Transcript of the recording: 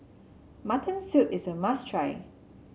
Mutton Soup is a must try